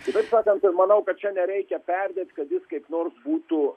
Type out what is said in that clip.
tiesą sakant manau kad čia nereikia perdėt kad jis kaip nors būtų